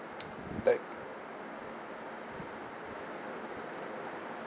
like